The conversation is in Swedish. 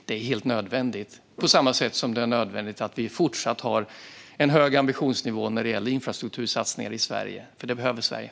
Det är helt nödvändigt, på samma sätt som det är nödvändigt att vi fortsätter ha en hög ambitionsnivå när det gäller infrastruktursatsningar i Sverige. Det behöver Sverige.